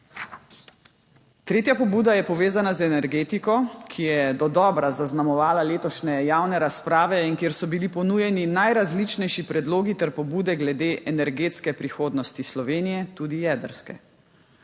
Tretja pobuda je povezana z energetiko, ki je dodobra zaznamovala letošnje javne razprave in kjer so bili ponujeni najrazličnejši predlogi ter pobude glede energetske prihodnosti Slovenije, tudi jedrske.